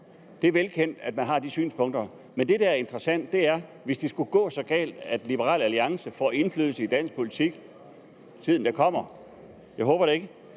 Det er velkendt, at man har de synspunkter. Men det, der er interessant, er: Hvis det skulle gå så galt, at Liberal Alliance får indflydelse i dansk politik i tiden, der kommer – jeg håber det ikke